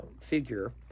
figure